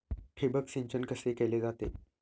ठिबक सिंचन कसे केले जाते?